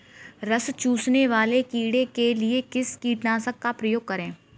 रस चूसने वाले कीड़े के लिए किस कीटनाशक का प्रयोग करें?